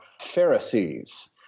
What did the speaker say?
Pharisees